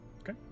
Okay